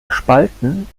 gespalten